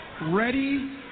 Ready